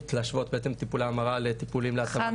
שנעשית בין טיפולי המרה לטיפולי התאמה מגדרית.